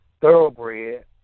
Thoroughbred